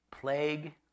Plague